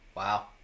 wow